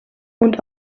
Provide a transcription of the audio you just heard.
und